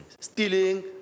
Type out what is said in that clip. Stealing